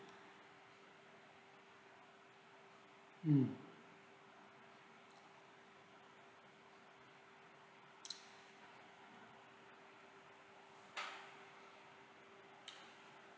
mm